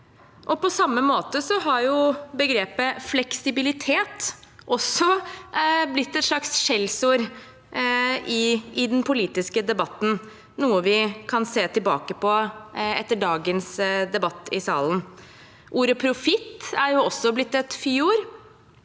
På samme måte har begrepet «fleksibilitet» også blitt et slags skjellsord i den politiske debatten, noe vi kan se tilbake på etter dagens debatt i salen. Ordet «profitt» er også blitt et fyord.